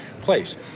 place